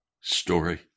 story